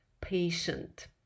patient